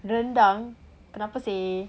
rendang kenapa seh